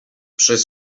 przez